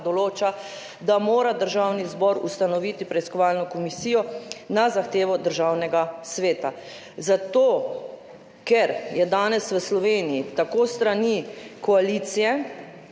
da mora Državni zbor ustanoviti preiskovalno komisijo na zahtevo Državnega sveta. Zato ker je danes v Sloveniji tako s strani koalicije